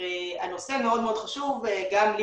גם אני